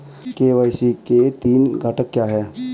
KYC के तीन घटक क्या हैं?